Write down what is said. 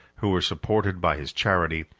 who were supported by his charity,